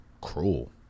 cruel